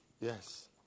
Yes